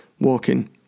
walking